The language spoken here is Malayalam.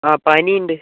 ആ പനി ഉണ്ട്